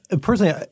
personally